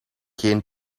geen